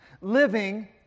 Living